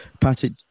Patrick